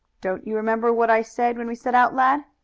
don't you remember what i said when we set out, lad?